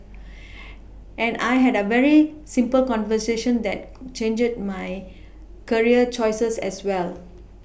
and I had a very simple conversation that changed my career choices as well